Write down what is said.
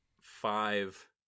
five